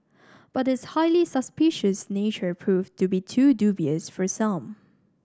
but its highly suspicious nature proved to be too dubious for some